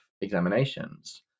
examinations